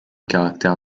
caractère